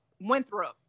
Winthrop